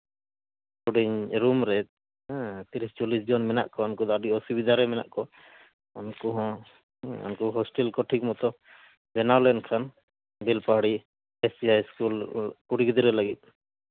ᱦᱩᱰᱤᱧ ᱨᱩᱢ ᱨᱮ ᱛᱤᱨᱤᱥ ᱪᱚᱞᱞᱤᱥ ᱡᱚᱱ ᱢᱮᱱᱟᱜ ᱠᱚᱣᱟ ᱩᱱᱠᱩ ᱫᱚ ᱟᱹᱰᱤ ᱚᱥᱩᱵᱤᱫᱷᱟ ᱨᱮ ᱢᱮᱱᱟᱜ ᱠᱚᱣᱟ ᱩᱱᱠᱩ ᱦᱚᱸ ᱩᱱᱠᱩ ᱦᱳᱥᱴᱮᱞ ᱠᱚ ᱴᱷᱤᱠ ᱢᱚᱛᱚ ᱵᱮᱱᱟᱣ ᱞᱮᱱᱠᱷᱟᱱ Belpahari S C high school ᱠᱩᱲᱤ ᱜᱤᱫᱽᱨᱟᱹ ᱞᱟᱹᱜᱤᱫ